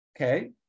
Okay